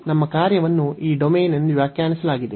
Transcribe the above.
ನಮ್ಮ ಕಾರ್ಯವನ್ನು ಈ ಡೊಮೇನ್ ಎಂದು ವ್ಯಾಖ್ಯಾನಿಸಲಾಗಿದೆ